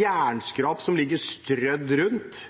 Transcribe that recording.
jernskrap ligger strødd rundt,